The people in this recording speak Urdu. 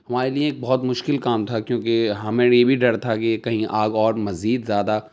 ہمارے لیے ایک بہت مشکل کام تھا کیوںکہ ہمیں یہ بھی ڈر تھا کہ کہیں آگ اور مزید زیادہ